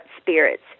spirits